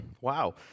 Wow